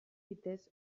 bitez